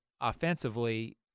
offensively